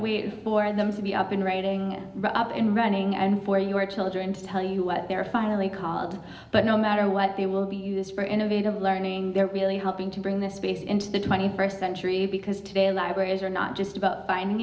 we for them to be up in writing right up and running and for your children to tell you what they're finally card but no matter what they will be used for innovative learning they're really helping to bring this space into the twenty first century because today libraries are not just about finding